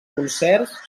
concerts